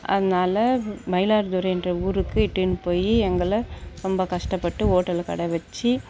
அதுனால மயிலாடுதுறை என்ற ஊருக்கு இட்டுனு போய் எங்களை ரொம்ப கஷ்டப்பட்டு ஹோட்டலு கடை வச்சு